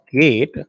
gate